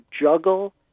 juggle